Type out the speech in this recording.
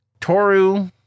Toru